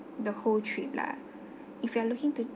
the whole trip lah if you are looking to